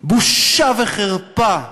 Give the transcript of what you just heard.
בושה וחרפה.